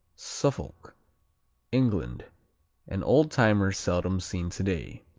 suffolk england an old-timer, seldom seen today.